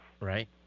Right